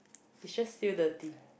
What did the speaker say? is just feel dirty